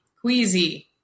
queasy